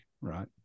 right